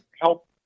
Help